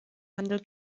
handel